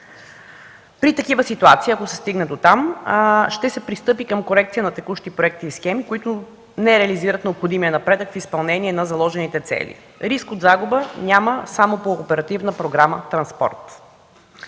При такава ситуация, ако се стигне до там, ще се пристъпи към корекция на текущи проектни схеми, които не реализират необходимия напредък в изпълнение на заложените цели. Риск от загуба няма само по Оперативна програма „Транспорт”.